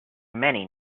many